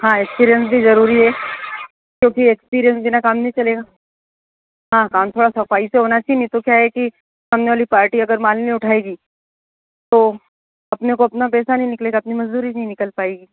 हाँ एक्सपीरियेन्स भी ज़रूरी है क्योंकि एक्सपीरियेन्स बिना काम नहीं चलेगा हाँ काम थोड़ा सफाई से होना चाहिए नहीं तो क्या है कि सामने वाली पार्टी अगर माल नहीं उठाएगी तो अपने को अपना पैसा नहीं निकलेगा अपनी मज़दूरी नहीं निकल पाएगी